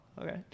okay